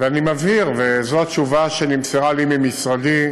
ואני מבהיר, וזו התשובה שנמסרה לי ממשרדי: